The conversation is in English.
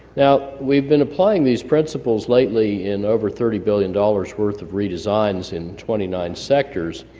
now we've been applying these principles lately in over thirty billion dollars worth of redesigns in twenty nine sectors.